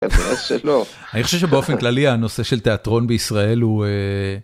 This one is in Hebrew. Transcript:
אני חושב שלא. אני חושב שבאופן כללי הנושא של תיאטרון בישראל הוא א...